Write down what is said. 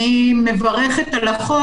אני מברכת על החוק.